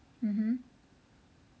mmhmm